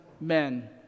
men